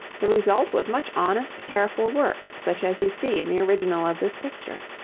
the result was much honest, careful work such as you see in the original of this picture.